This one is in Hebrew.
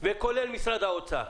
כולל משרד האוצר.